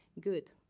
good